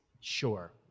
Sure